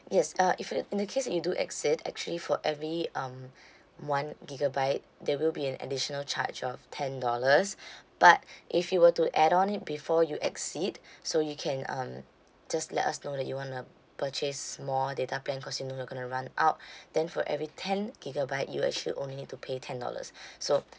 yes uh if you in the case you do exceed actually for every um one gigabyte there will be an additional charge of ten dollars but if you were to add on it before you exceed so you can um just let us know that you want to purchase more data plan cause you know you're going to run out then for every ten gigabyte you actually only need to pay ten dollars so